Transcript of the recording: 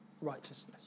righteousness